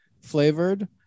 flavored